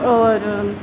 और